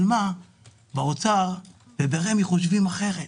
אבל באוצר וברמ"י חושבים אחרת,